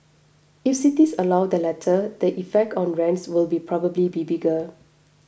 if cities allow the latter the effect on rents will be probably be bigger